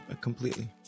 completely